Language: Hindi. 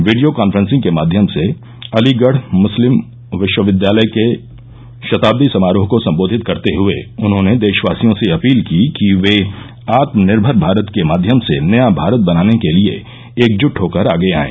वीडियो कॉफ्रेंसिंग के माध्यम से अलीगढ़ मुर्स्लिम विश्वविद्यालय के शताब्दी समारोह को संबोधित करते हुए उन्होंने देशवासियों से अपील की कि वे आत्मनिर्मर भारत के माध्यम से नया भारत बनाने के लिए एकजुट होकर आगे आये